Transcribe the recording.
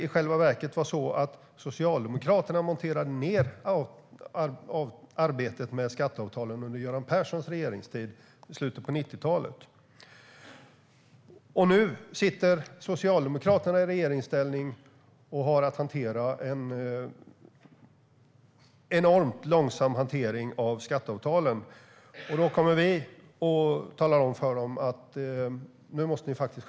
I själva verket monterade Socialdemokraterna ned arbetet med skatteavtalen under Göran Perssons regeringstid i slutet av 1990-talet. Nu sitter Socialdemokraterna i regeringsställning och hanterar skatteavtalen enormt långsamt. Så kommer vi och talar om för dem att de måste skärpa sig.